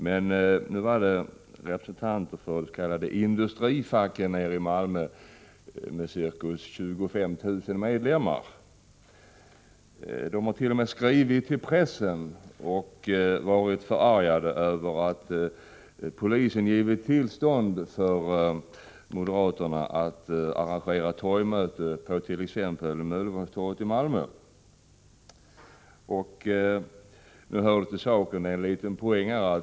Men nu var det representanter för de s.k. industrifacken nere i Malmö, med ca 25 000 medlemmar. De har t.o.m. skrivit till pressen och varit förargade över att polisen givit tillstånd för moderaterna att arrangera torgmöte på t.ex. Möllevångstorget i Malmö. Till saken hör en liten poäng.